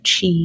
chi